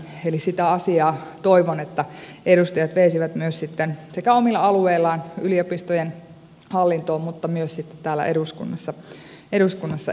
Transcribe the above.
eli toivon että sitä asiaa edustajat veisivät sekä omilla alueillaan yliopistojen hallintoon että myös täällä eduskunnassa eteenpäin